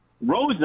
Rosa